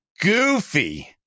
goofy